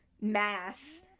mass